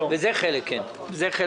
זה חלק מזה.